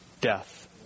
death